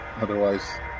otherwise